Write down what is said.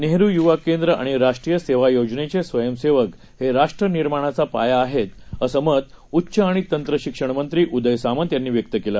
नेहरू युवा केंद्र आणि राष्ट्रीय सेवा योजनेचे स्वयंसेवक हे राष्ट्र निर्माणाचा पाया आहेत असं मत उच्च आणि तंत्रशिक्षण मंत्री उदय सामंत यांनी व्यक्त केलं